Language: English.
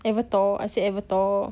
avatar I say avatar